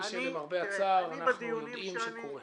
כפי, שלמרבה הצער, אנחנו יודעים שקורה.